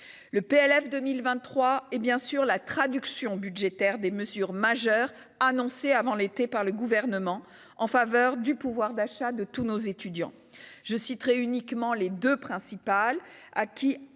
est soumis est la traduction budgétaire des mesures majeures annoncées avant l'été par le Gouvernement en faveur du pouvoir d'achat de tous nos étudiants. Je citerai les deux principales, qui